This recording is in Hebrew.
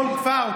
כל כפר,